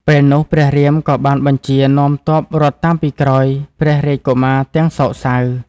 ពេលនោះ ព្រះរាមក៏បានបញ្ជានាំទ័ពរត់តាមពីក្រោយព្រះរាជកុមារទាំងសោកសៅ។